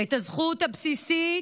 את הזכות הבסיסית